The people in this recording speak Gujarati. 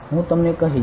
હું તમને કહીશ